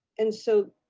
and so